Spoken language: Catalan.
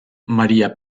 maria